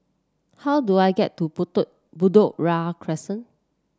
how do I get to Bedok Bedok Ria Crescent